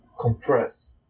compress